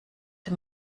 dem